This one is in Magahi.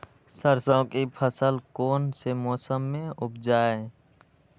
सरसों की फसल कौन से मौसम में उपजाए?